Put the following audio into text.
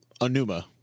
Anuma